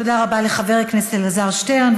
תודה רבה לחבר הכנסת אלעזר שטרן.